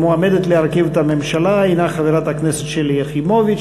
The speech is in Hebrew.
המועמדת להרכיב את הממשלה היא חברת הכנסת שלי יחימוביץ.